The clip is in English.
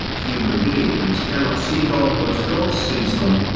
human beings cannot see god but god sees them.